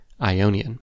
Ionian